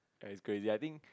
ya it's crazy I think